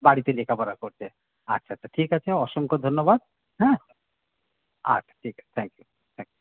বাড়িতে লেখাপড়া করছে আচ্ছা আচ্ছা ঠিক আছে অসংখ্য ধন্যবাদ হ্যাঁ আচ্ছা ঠিক থ্যাংক ইউ থ্যাংক ইউ